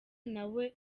nawe